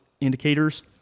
indicators